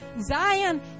Zion